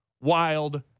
wild